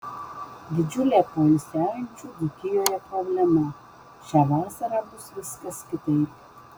didžiulė poilsiaujančių dzūkijoje problema šią vasarą bus viskas kitaip